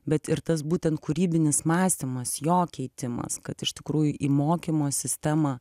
bet ir tas būtent kūrybinis mąstymas jo keitimas kad iš tikrųjų į mokymo sistemą